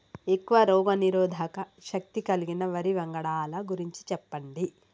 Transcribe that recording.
ఎక్కువ రోగనిరోధక శక్తి కలిగిన వరి వంగడాల గురించి చెప్పండి?